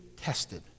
tested